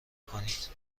کنید